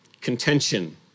contention